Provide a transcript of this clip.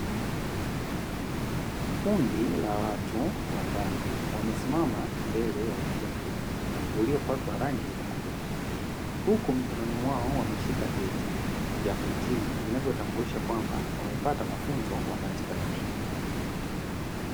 Kundi la watu watano wamesimama mbele ya ukumbi uliopakwa rangi za kupendeza, huku mikononi mwao wameshika vyeti vya kuhitimu vinavyowatambulisha kwamba wamepata mafunzo wanayostahili.